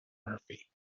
murphy